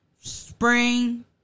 spring